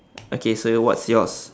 okay so what's yours